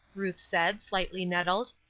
ruth said, slightly nettled.